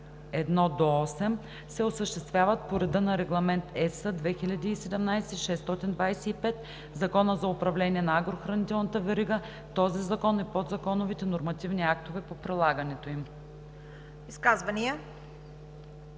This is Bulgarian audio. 1 – 8 се осъществяват по реда на Регламент (EС) 2017/625, Закона за управление на агрохранителната верига, този закон и подзаконовите нормативни актове по прилагането им.“